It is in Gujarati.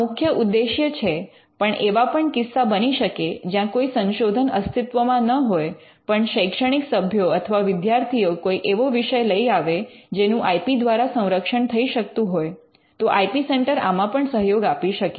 આ મુખ્ય ઉદ્દેશ્ય છે પણ એવા પણ કિસ્સા બની શકે જ્યાં કોઈ સંશોધન અસ્તિત્વમાં ન હોય પણ શૈક્ષણિક સભ્યો અથવા વિદ્યાર્થીઓ કોઈ એવો વિષય લઈ આવે જેનું આઇ પી દ્વારા સંરક્ષણ થઈ શકતું હોય તો આઇ પી સેન્ટર આમાં પણ સહયોગ આપી શકે